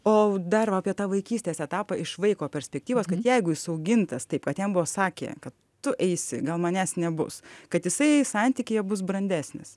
o dar va apie tą vaikystės etapą iš vaiko perspektyvos kad jeigu jis augintas taip kad jam buvo sakė kad tu eisi gal manęs nebus kad jisai santykyje bus brandesnis